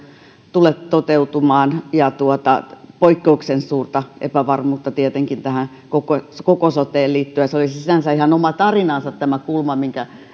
tule toteutumaan ja poikkeuksellisen suurta epävarmuutta on tietenkin koko koko soteen liittyen olisi sinänsä ihan oma tarinansa tämä kulma minkä